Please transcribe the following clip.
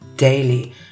daily